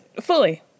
fully